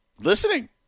listening